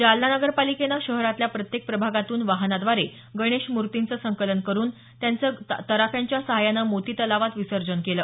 जालना नगरपालिकेनं शहरातल्या प्रत्येक प्रभागातून वाहनाद्वारे गणेश मूर्तींचं संकलन करुन त्यांचं तराफ्यांच्या सहाय्यानं मोती तलावात विसर्जन केलं